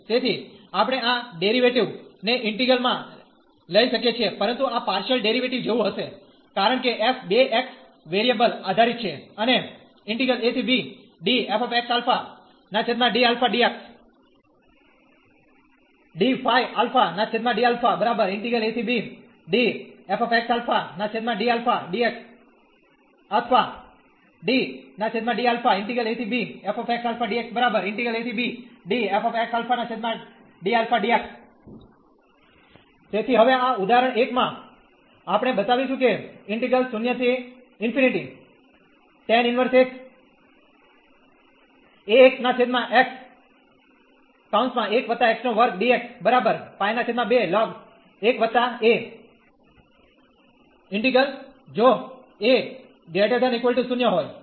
તેથી આપણે આ ડેરીવેટીવ ને ઈન્ટિગ્રલ માં લઈ શકીએ છીએ પરંતુ આ પારશીયલ ડેરીવેટીવ જેવું હશે કારણ કે f બે x વેરીયેબલ આધારિત છે અને તેથી હવે આ ઉદાહરણ 1 માં આપણે બતાવીશું કે ઈન્ટિગ્રલ જો a≥0 હોય